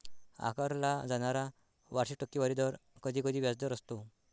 आकारला जाणारा वार्षिक टक्केवारी दर कधीकधी व्याजदर असतो